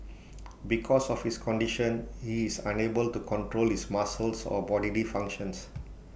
because of his condition he is unable to control his muscles or bodily functions